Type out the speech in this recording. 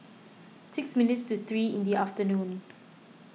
six minutes to three in the afternoon